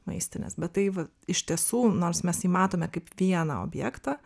maistines bet tai va iš tiesų nors mes jį matome kaip vieną objektą